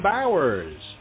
Bowers